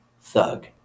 thug